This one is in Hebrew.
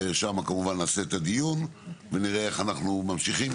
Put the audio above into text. ושם כמובן נעשה את הדיון ונראה איך אנחנו ממשיכים.